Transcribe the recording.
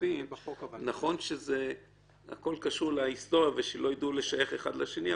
נכון שהכול קשור להיסטוריה ושלא יידעו לשייך אחד לשני,